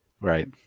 Right